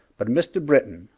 but mr. britton,